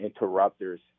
interrupters